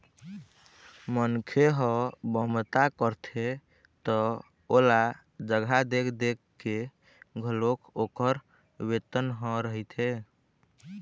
मनखे ह बमता करथे त ओला जघा देख देख के घलोक ओखर बेतन ह रहिथे